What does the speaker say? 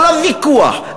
כל הוויכוח,